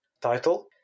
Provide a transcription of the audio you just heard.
title